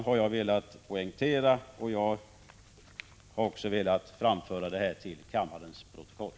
Jag har velat poängtera detta och framföra det till kammarens protokoll.